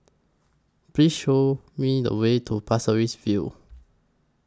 Please Show Me The Way to Pasir Ris View